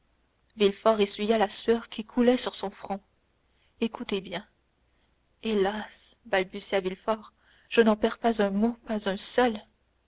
villefort essuya la sueur qui coulait sur son front écoutez bien hélas balbutia villefort je ne perds pas un mot pas un seul